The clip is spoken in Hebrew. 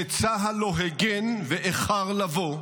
שצה"ל לא הגן ואיחר לבוא,